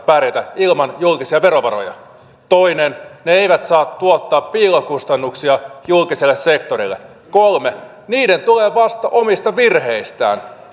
ja pärjätä ilman julkisia verovaroja toinen ne eivät saa tuottaa piilokustannuksia julkiselle sektorille kolme niiden tulee vastata omista virheistään